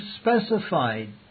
specified